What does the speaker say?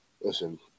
Listen